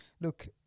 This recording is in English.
look